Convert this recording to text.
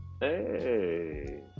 Hey